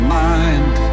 mind